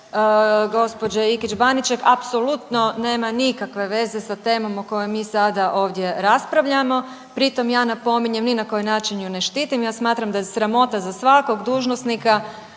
tiče gospođe Ikić Baniček apsolutno nema nikakve veze sa temom o kojoj mi sada ovdje raspravljamo. Pri tom ja napominjem ni na koji način ju ne štitim, ja smatram da je sramota za svakog dužnosnika